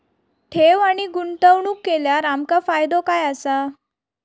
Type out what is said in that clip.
ठेव आणि गुंतवणूक केल्यार आमका फायदो काय आसा?